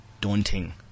daunting